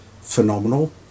phenomenal